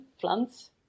plants